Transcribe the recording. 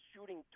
shooting